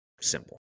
Simple